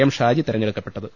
M Shaji തെരഞ്ഞെടുക്കപ്പെട്ടത്